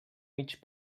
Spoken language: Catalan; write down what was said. mig